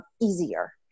easier